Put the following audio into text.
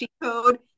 code